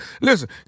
Listen